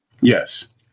Yes